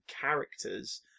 characters